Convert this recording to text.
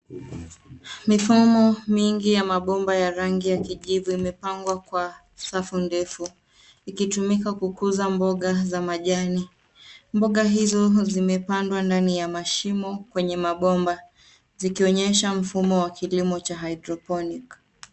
Mifumo mingi ya mabomba ya rangi ya kijivu imepangwa kwa safu ndefu ikitumika kukuza mboga za majani. Mboga hizo zimepandwa ndani ya mashimo kwenye mabomba zikionyesha mfumo wa kilimo cha cs[hydroponic]cs.